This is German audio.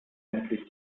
endlich